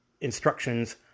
instructions